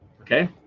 okay